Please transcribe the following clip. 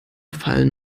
fallen